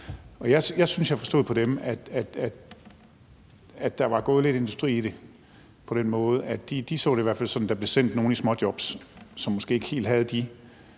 Jeg forstod på dem, at der var gået lidt industri i det. De så det i hvert fald sådan, at der blev sendt nogle i småjobs, som måske ikke helt havde de